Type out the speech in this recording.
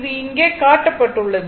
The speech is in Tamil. இது இங்கே காட்டப்பட்டுள்ளது